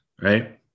right